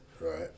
Right